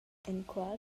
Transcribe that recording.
enqual